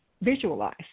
visualize